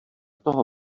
toho